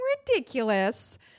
ridiculous